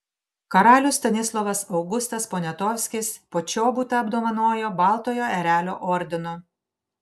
karalius stanislovas augustas poniatovskis počobutą apdovanojo baltojo erelio ordinu